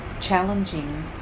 challenging